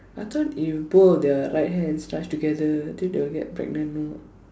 I thought if both of their right hands touch together then they will get pregnant no ah